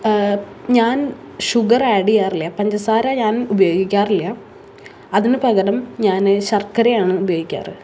ഞാൻ sugar add ചെയ്യാറില്ല പഞ്ചസാര ഞാൻ ഉപയോഗിക്കാറില്ല അതിന് പകരം ഞാൻ ശർക്കരയാണ് ഉപയോഗിക്കാറ്